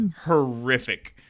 horrific